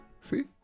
See